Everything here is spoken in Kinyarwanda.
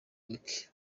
week